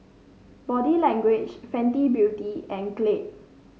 Body Language Fenty Beauty and Glade